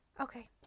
Okay